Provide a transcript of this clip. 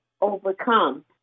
overcome